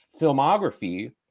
filmography